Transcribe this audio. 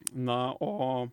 na o